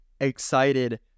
excited